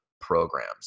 programs